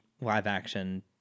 live-action